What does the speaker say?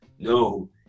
no